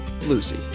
Lucy